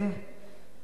מייד אחריו,